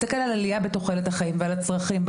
ברפואה כשאנחנו מסתכלים על העלייה בתוחלת החיים ועל הצרכים.